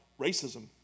racism